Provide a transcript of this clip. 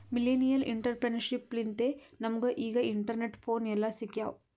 millennial entrepreneurship ಲಿಂತೆ ನಮುಗ ಈಗ ಇಂಟರ್ನೆಟ್, ಫೋನ್ ಎಲ್ಲಾ ಸಿಕ್ಯಾವ್